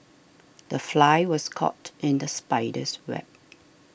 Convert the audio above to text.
the fly was caught in the spider's web